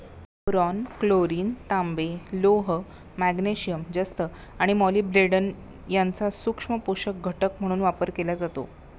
boron, chlorine, तांबे, लोह, magnesium, जस्त आणि मॉलिब्डेनम यांचा सूक्ष्म पोषक घटक म्हणून वापर केला जातो